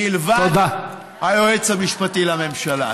מלבד היועץ המשפטי לממשלה.